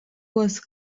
was